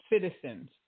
citizens